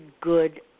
good